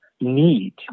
need